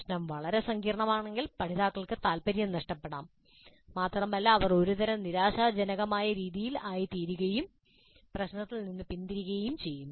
പ്രശ്നം വളരെ സങ്കീർണ്ണമാണെങ്കിൽ പഠിതാക്കൾക്ക് താൽപ്പര്യം നഷ്ടപ്പെടാം മാത്രമല്ല അവർ ഒരുതരം നിരാശാജനകമായ രീതിയിൽ ആയിത്തീരുകയും പ്രശ്നത്തിൽ നിന്നും പിന്തിരിയുകയും ചെയ്യാം